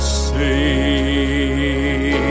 see